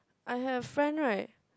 I have friend right